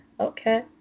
Okay